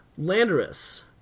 Landorus